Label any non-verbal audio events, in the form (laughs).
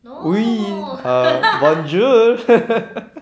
no (laughs)